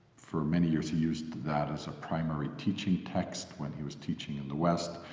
for many years he used that as a primary teaching text, when he was teaching in the west,